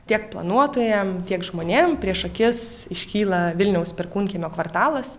tiek planuotojam tiek žmonėm prieš akis iškyla vilniaus perkūnkiemio kvartalas